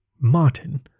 Martin